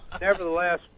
Nevertheless